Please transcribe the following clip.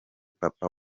papa